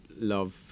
love